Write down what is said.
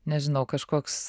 nežinau kažkoks